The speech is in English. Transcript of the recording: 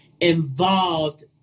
involved